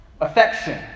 Affection